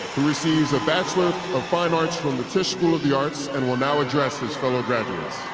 who receives a bachelor of fine arts from the tisch school of the arts and will now address his fellow graduates.